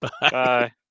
Bye